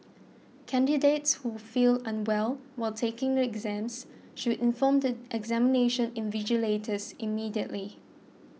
candidates who feel unwell while taking the exams should inform the examination invigilators immediately